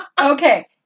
Okay